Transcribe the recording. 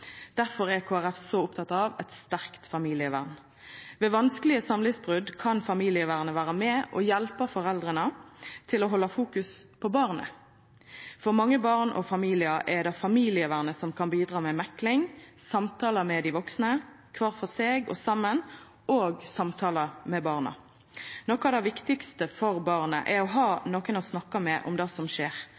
er Kristeleg Folkeparti så oppteke av eit sterkt familievern. Ved vanskelege samlivsbrot kan familievernet vera med og hjelpa foreldra til å halda fokus på barnet. For mange barn og familiar er det familievernet som kan bidra med mekling, samtalar med dei vaksne – kvar for seg og saman – og samtalar med barna. Noko av det viktigaste for barnet er å ha nokon å snakka med om det som skjer,